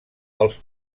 els